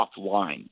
offline